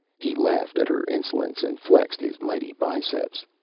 he laughed at her insolence and flexed his mighty biceps.